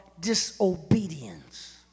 disobedience